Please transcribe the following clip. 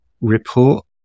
report